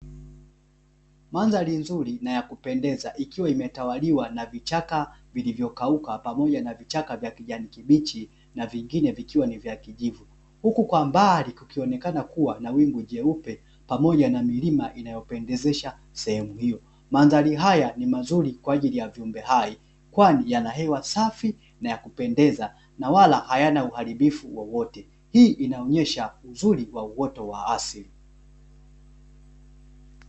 Mandhari nzuri na ya kupendeza ikiwa imetawaliwa na vichaka vilivyokauka pamoja na vichaka vya kijani kibichi na vingine vikiwa ni vya kijivu, huku kwa mbali kukionekana kuwa na wingu jeupe pamoja na milima inayopendezesha sehemu hio. Mandhari haya ni mazuri kwa ajili ya viumbe hai kwani yanahewa safi na yakupendeza na wala hayana uharibifu wowote, hii inaonyesha uzuri wa uoto wa asili.